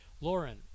Lauren